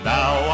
Now